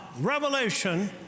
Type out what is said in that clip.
revelation